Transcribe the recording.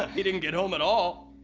ah he didn't get home at all!